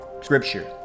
scripture